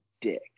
dick